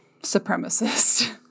supremacist